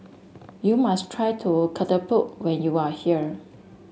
you must try to Ketupat when you are here